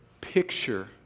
picture